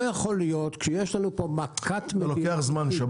זה לוקח זמן שם.